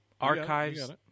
archives